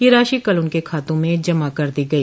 ये राशि कल उनके खाते में जमा करा दी गई